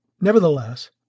Nevertheless